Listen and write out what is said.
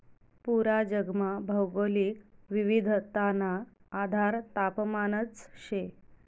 पूरा जगमा भौगोलिक विविधताना आधार तापमानच शे